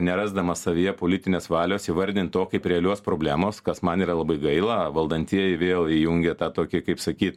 nerasdamas savyje politinės valios įvardint to kaip realios problemos kas man yra labai gaila valdantieji vėl įjungė tą tokį kaip sakyt